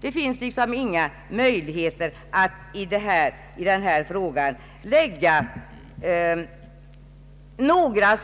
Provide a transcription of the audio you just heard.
Det finns liksom inga möjligheter att anföra några